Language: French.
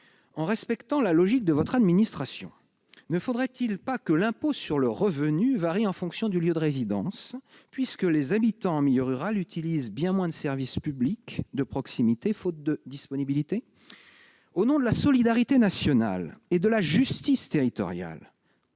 En respectant la logique de votre administration, ne faudrait-il pas que l'impôt sur le revenu varie en fonction du lieu de résidence, puisque les habitants en milieu rural utilisent bien moins de services publics de proximité, faute de disponibilité ? Au nom de la solidarité nationale et de la justice territoriale,